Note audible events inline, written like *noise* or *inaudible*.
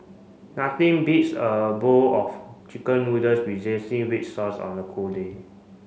nothing beats a bowl of chicken noodles with *unintelligible* red sauce on a cold day